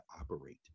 operate